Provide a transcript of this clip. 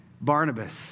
Barnabas